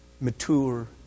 mature